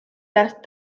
las